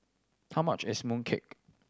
how much is mooncake